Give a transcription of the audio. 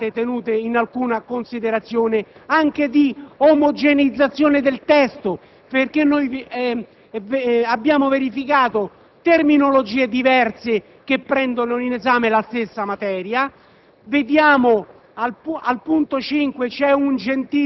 modestissime correzioni, che non sono state tenute in alcuna considerazione, anche di omogeneizzazione del testo perché abbiamo verificato terminologie diverse che prendono in esame la stessa materia.